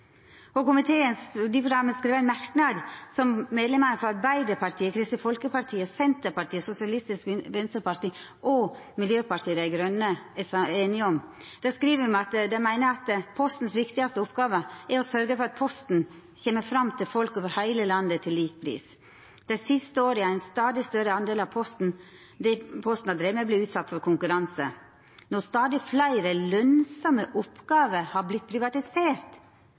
ein merknad som medlemmene frå Arbeidarpartiet, Kristeleg Folkeparti, Senterpartiet, Sosialistisk Venstreparti og Miljøpartiet Dei Grøne er einige om. Der skriv me at me «mener Postens viktigste oppgave er å sørge for at posten kommer fram til folk over hele landet, til lik pris. De siste årene har en stadig større andel av det Posten har drevet med, blitt utsatt for konkurranse. Når stadig flere lønnsomme oppgaver har blitt privatisert,